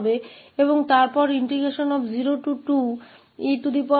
तो इस T को यहां 2 और फिर 02e stfdt से बदल दिया जाएगा